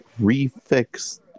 refix